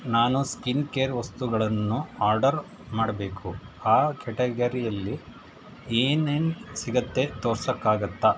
ನಾನು ಸ್ಕಿನ್ಕೇರ್ ವಸ್ತುಗಳನ್ನು ಆರ್ಡರ್ ಮಾಡಬೇಕು ಆ ಕ್ಯಾಟಗರಿಯಲ್ಲಿ ಏನೇನು ಸಿಗತ್ತೆ ತೋರ್ಸಕ್ಕಾಗತ್ತಾ